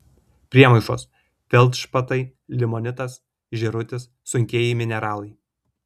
priemaišos feldšpatai limonitas žėrutis sunkieji mineralai